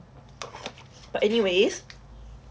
but anyways